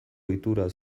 ohitura